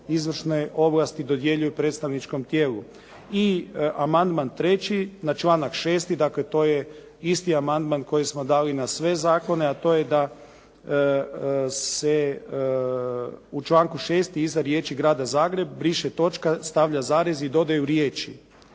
izvršne ovlasti dodjeljuju predstavničkom tijelu. I amandman 3. na članak 6. dakle, to je isti amandman koji smo dali na sve zakone a to je da se u članku 6. iza riječi "grada Zagreb", briše točka, stavlja zarez i dodaju riječi